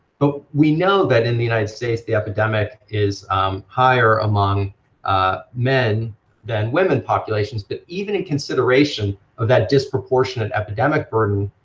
but we know that in the united states, the epidemic is higher among ah men than women populations, but even in consideration of that disproportionate epidemic burden,